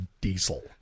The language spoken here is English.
diesel